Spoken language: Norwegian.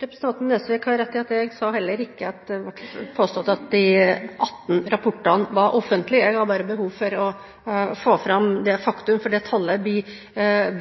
Representanten Nesvik har rett i – og jeg har heller ikke påstått – at de 18 rapportene var offentlige. Jeg hadde bare behov for få fram faktum, for det tallet blir